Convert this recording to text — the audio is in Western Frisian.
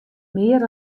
mear